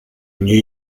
new